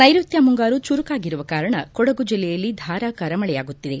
ನೈರುತ್ತ ಮುಂಗಾರು ಚುರುಕಾಗಿರುವ ಕಾರಣ ಕೊಡಗು ಜಿಲ್ಲೆಯಲ್ಲಿ ಧಾರಾಕಾರ ಮಳೆಯಾಗುತ್ತಿದೆ